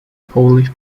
polish